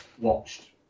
watched